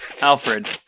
alfred